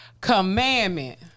commandment